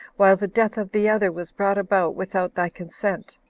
while the death of the other was brought about without thy consent.